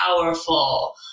powerful